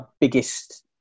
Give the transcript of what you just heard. biggest